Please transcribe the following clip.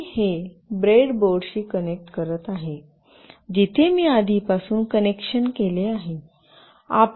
मी हे ब्रेडबोर्डशी कनेक्ट करत आहे जिथे मी आधीपासून कनेक्शन केले आहे